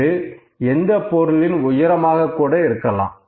இது எந்தப் பொருளின் உயரமாக கூட இருக்கலாம்